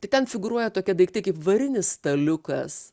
tai ten figūruoja tokie daiktai kaip varinis staliukas